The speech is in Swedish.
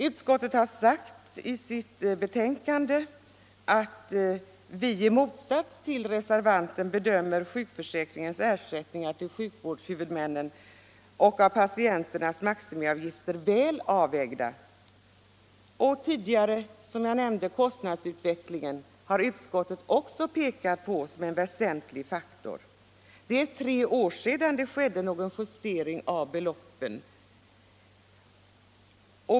Utskottet säger i betänkandet att utskottet i motsats till reservanten bedömer sjukförsäkringens ersättningar till sjukvårdshuvudmännen och höjningarna av patienternas maximiavgifter som väl avvägda. Utskottet har också pekat på kostnadsutvecklingen, som jag tidigare nämnde, som en väsentlig faktor. Det är tre år sedan det skedde någon justering av beloppen.